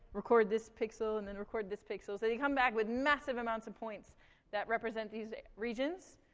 record this pixel, and then record this pixel. so they come back with massive amounts of points that represent these regions.